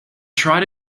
tried